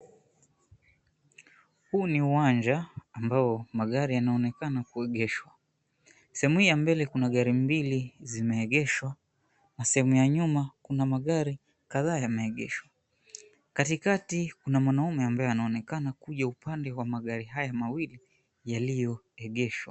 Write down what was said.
Huu ni uwanja ambao magari yanaonekana kuegeshwa. Sehemu hii ya mbele kuna gari mbili zimeegeshwa na sehemu ya nyuma kuna magari kadhaa yameegeshwa. Katikati kuna mwanaume ambaye anaonekana kuja upande wa magari haya mawili ambayo yameegeshwa.